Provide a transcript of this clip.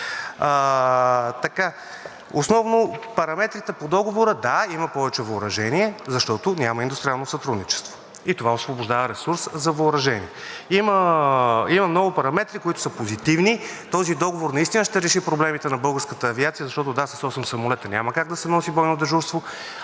По параметрите на договора, да, има повече въоръжение, защото няма индустриално сътрудничество и това освобождава ресурс за въоръжение. Има много параметри, които са позитивни. Този договор наистина ще реши проблемите на българската авиация, защото, да, с осем самолета няма как да се носи бойно дежурство.